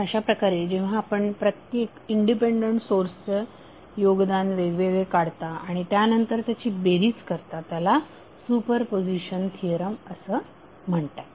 तर अशा प्रकारे जेव्हा आपण प्रत्येक इंडिपेंडंट सोर्सचे योगदान वेगवेगळे काढता आणि त्यानंतर त्याची बेरीज करता त्याला सुपरपोझिशन थिअरम असे म्हणतात